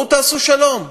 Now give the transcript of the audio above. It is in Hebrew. בואו תעשו שלום.